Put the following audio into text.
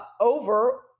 over